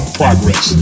progress